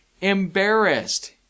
Embarrassed